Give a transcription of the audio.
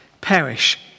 perish